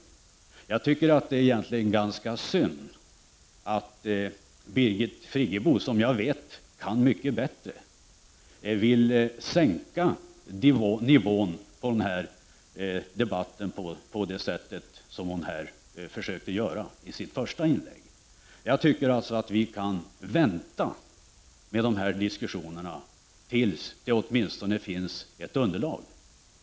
Det är egentligen ganska synd att Birgit Friggebo, som kan mycket bättre, vill sänka nivån på debatten på det sätt som hon försökte göra i sitt första inlägg. Vi kan vänta med de här diskussionerna tills det åtminstone finns ett underlag.